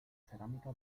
cerámica